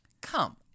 Come